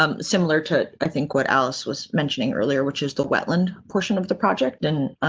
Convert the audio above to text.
ah similar to i think what else was mentioning earlier, which is the wetland portion of the project and